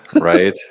right